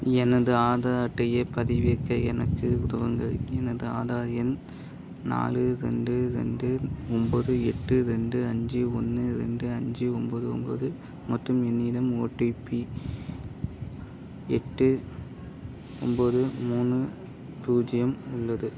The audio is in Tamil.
எனது ஆதார் அட்டையைப் பதிவிறக்க எனக்கு உதவுங்கள் எனது ஆதார் எண் நாலு ரெண்டு ரெண்டு ஒம்பது எட்டு ரெண்டு அஞ்சு ஒன்று ரெண்டு அஞ்சு ஒம்பது ஒம்பது மற்றும் என்னிடம் ஓடிபி எட்டு ஒம்பது மூணு பூஜ்ஜியம் உள்ளது